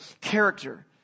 Character